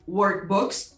workbooks